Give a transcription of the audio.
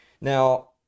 Now